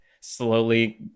slowly